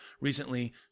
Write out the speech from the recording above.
recently